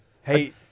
Hey